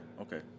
okay